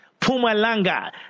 Pumalanga